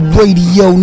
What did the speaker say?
Radio